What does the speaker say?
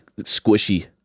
squishy